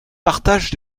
partage